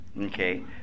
Okay